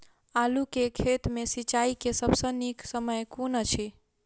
आलु केँ खेत मे सिंचाई केँ सबसँ नीक समय कुन अछि?